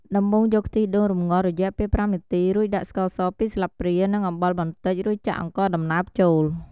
ដំបូងយកខ្ទិះដូចរំងាស់រយៈពេល៥នាទី រួចដាក់ស្ករស២ស្លាបព្រា និងអំបិលបន្តិច រួចចាក់អង្ករដំណើបចូល។